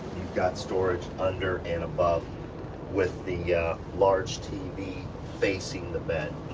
you've got storage under and above with the large tv facing the bed.